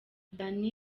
danny